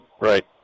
right